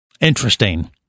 Interesting